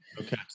Okay